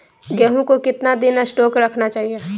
गेंहू को कितना दिन स्टोक रखना चाइए?